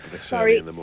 Sorry